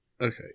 Okay